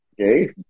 okay